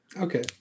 okay